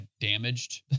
damaged